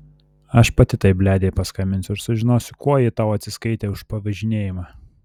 aš pati tai bledei paskambinsiu ir sužinosiu kuo ji tau atsiskaitė už pavažinėjimą